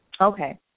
Okay